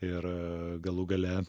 ir galų gale